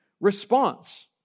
response